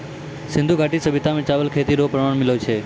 सिन्धु घाटी सभ्यता मे चावल रो खेती रो प्रमाण मिललो छै